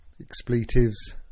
expletives